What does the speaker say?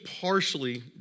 partially